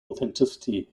authenticity